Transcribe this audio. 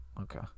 Okay